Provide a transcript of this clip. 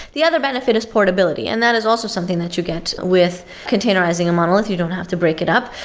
the other benefit is portability, and that is also something that you get with containerizing a monolith. you don't have to break it up.